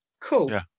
Cool